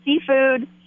seafood